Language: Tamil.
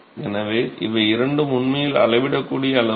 எனவே இவை இரண்டும் உண்மையில் அளவிடக்கூடிய அளவுகள்